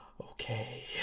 okay